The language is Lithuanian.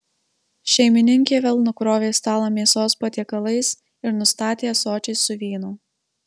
šeimininkė vėl nukrovė stalą mėsos patiekalais ir nustatė ąsočiais su vynu